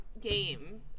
game